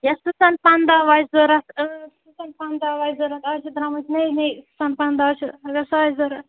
یا سٕژَن پَنداو آسہِ ضوٚرَتھ اۭں سٕژَن پَنداو آسہِ ضوٚرَتھ آز چھِ درٛامٕتۍ نٔے نٔے سٕژَن پَنداو چھِ اگر سُہ آسہِ ضوٚرَتھ